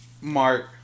Mark